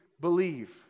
believe